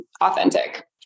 authentic